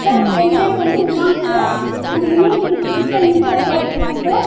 sir என்பேர் வந்து உமாங்க சார் நம்ம யூனிவர்சிட்டிக்கு புதுசாக இன்ச்சார்ஜ் எடுத்துருக்கேங்க சார்